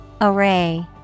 Array